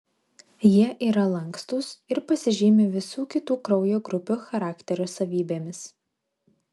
jie yra lankstūs ir pasižymi visų kitų kraujo grupių charakterio savybėmis